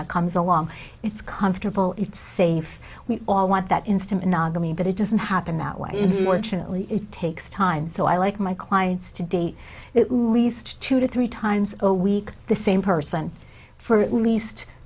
that comes along it's comfortable it's safe we all want that insta monogamy but it doesn't happen that way only it takes time so i like my clients to date least two to three times a week the same person for at least